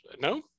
No